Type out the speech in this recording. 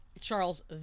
Charles